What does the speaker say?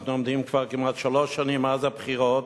אנחנו עומדים כבר כמעט שלוש שנים מאז הבחירות,